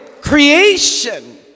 creation